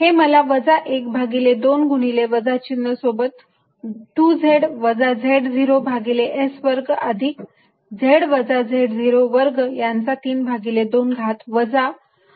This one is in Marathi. हे मला वजा 12 गुणिले वजा चिन्ह सोबत 2z वजा z0 भागिले s वर्ग अधिक z वजा z 0 वर्ग यांचा 32 घात वजा वजा अधिक ½ z अधिक z0 वर्ग यांचा 32 घात हे 2 येथे निघून जातील